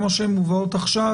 כמו שהן מובאות עכשיו,